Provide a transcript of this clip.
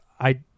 I-